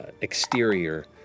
exterior